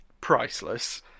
priceless